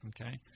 okay